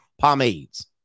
pomades